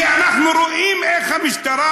אנחנו רואים איך המשטרה,